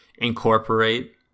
incorporate